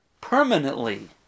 permanently